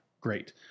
Great